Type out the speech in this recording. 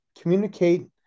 communicate